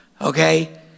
Okay